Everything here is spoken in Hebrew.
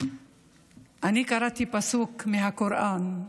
אני קראתי פסוק מהקוראן,